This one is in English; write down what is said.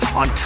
on